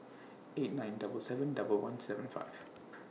eight nine double seven double one seven five